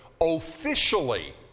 officially